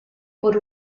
por